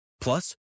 Plus